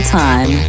time